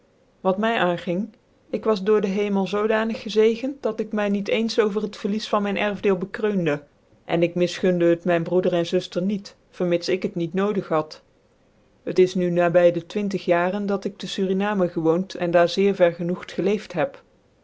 wat my aanging ik was door den hemel zoodanig gezegent dat ik mv niet eens over het verlies van mijn erfdeel bekreunde en ik misgunde het mijn broeder en suftcr nictjvermits ik het niet nodig had het is nu na by de twintig jaren jat ik tc surinamcn gewoont en daar zeer vergenoegt gclcefc heb